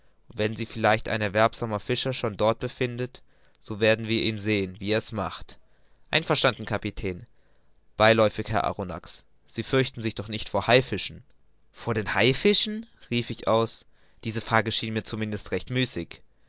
wenn sich vielleicht ein erwerbsamer fischer schon dort befindet so werden wir ihn sehen wie er's macht einverstanden kapitän beiläufig herr arronax sie fürchten sich doch nicht vor den haifischen vor den haifischen rief ich aus diese frage schien mir zum mindesten recht müßig